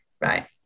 right